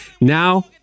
Now